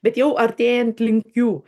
bet jau artėjant link jų